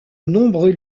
nombreux